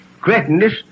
greatness